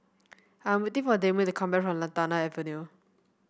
I'm waiting for Damond to come back from Lantana Avenue